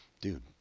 Dude